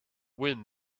wind